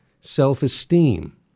self-esteem